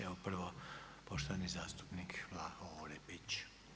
Evo prvo poštovani zastupnik Vlaho Orepić.